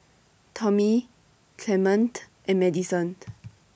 Tommy Clemente and Madison